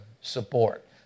support